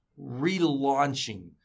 relaunching